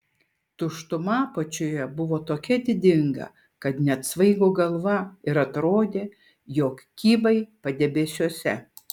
tuštuma apačioje buvo tokia didinga kad net svaigo galva ir atrodė jog kybai padebesiuose